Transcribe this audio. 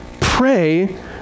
Pray